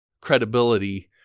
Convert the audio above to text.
credibility